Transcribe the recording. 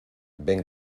ven